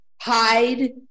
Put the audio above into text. hide